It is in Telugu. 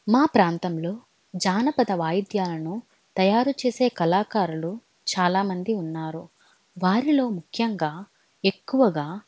మా ప్రాంతంలో జానపద వాయిద్యాలను తయారు చేసే కళాకారులు చాలామంది ఉన్నారు వారిలో ముఖ్యంగా ఎక్కువగా